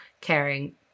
caring